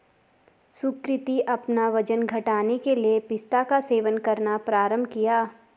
सुकृति अपना वजन घटाने के लिए पिस्ता का सेवन करना प्रारंभ किया